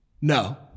No